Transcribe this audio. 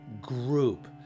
Group